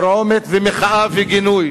אדוני היושב-ראש, תרעומת ומחאה וגינוי